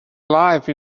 life